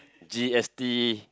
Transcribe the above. G_S_T